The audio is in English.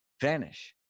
vanish